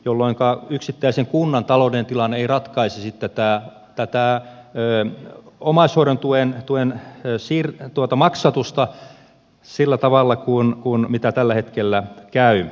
tällöin yksittäisen kunnan taloudellinen tilanne ei ratkaisisi tätä omaishoidon tuen maksatusta sillä tavalla miten tällä hetkellä käy